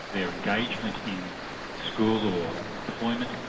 their engagement in school or employment,